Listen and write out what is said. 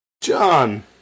John